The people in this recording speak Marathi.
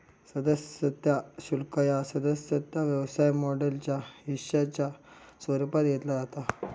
सदस्यता शुल्क ह्या सदस्यता व्यवसाय मॉडेलच्या हिश्शाच्या स्वरूपात घेतला जाता